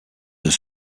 was